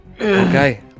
Okay